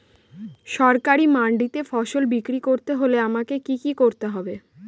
সরকারি মান্ডিতে ফসল বিক্রি করতে হলে আমাকে কি কি করতে হবে?